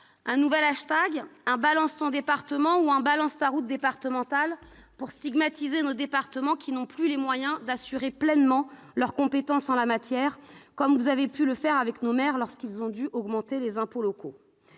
Un nouvel ? Un #BalanceTonDépartement ou un #BalanceTaRouteDépartementale pour stigmatiser nos départements, qui n'ont plus les moyens d'assurer pleinement leurs compétences en la matière, comme vous avez pu le faire avec nos maires lorsque ces derniers ont dû augmenter les impôts locaux